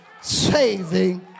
saving